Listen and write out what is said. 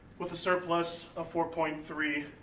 with a surplus of four point three